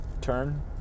Turn